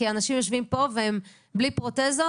כי אנשים יושבים פה והם בלי פרוטזות